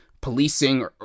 policing